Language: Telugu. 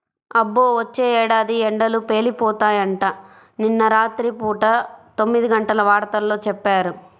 అబ్బో, వచ్చే ఏడాది ఎండలు పేలిపోతాయంట, నిన్న రాత్రి పూట తొమ్మిదిగంటల వార్తల్లో చెప్పారు